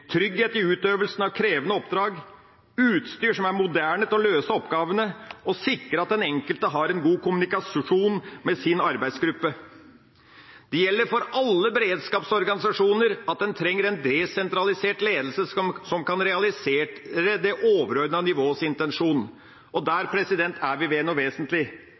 trygghet i utøvelsen av krevende oppdrag, ha utstyr som er moderne, til å løse oppgavene, og en må sikre at den enkelte har god kommunikasjon med sin arbeidsgruppe. Det gjelder for alle beredskapsorganisasjoner at en trenger en desentralisert ledelse som kan realisere det overordnede nivåets intensjon, og der er vi ved noe vesentlig.